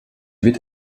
wird